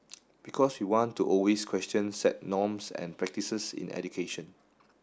because we want to always question set norms and practices in education